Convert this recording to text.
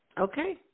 Okay